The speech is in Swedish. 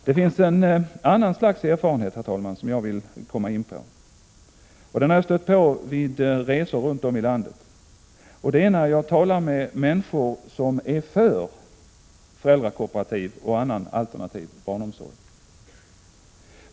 Jag vill, herr talman, redovisa ett helt annat slags erfarenhet som jag fått under mina resor runt om i landet när jag talat med människor som är för föräldrakooperativ och andra alternativa barnomsorgsformer.